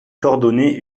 coordonnée